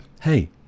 hey